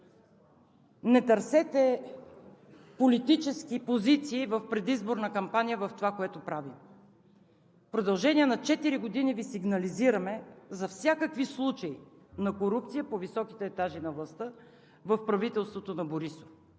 правим, политически позиции в предизборна кампания. В продължение на четири години Ви сигнализираме за всякакви случаи на корупция по високите етажи на властта в правителството на Борисов